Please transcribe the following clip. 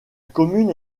commune